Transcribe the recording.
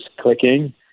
clicking